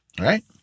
Right